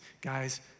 Guys